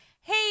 hey